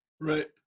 Right